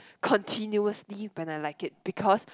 continuously when I like it because